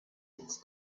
its